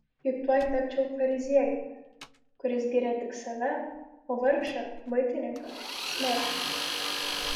juk tuoj tapčiau fariziejumi kuris giria tik save o vargšą muitininką smerkia